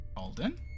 Alden